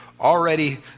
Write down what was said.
already